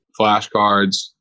flashcards